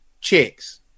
chicks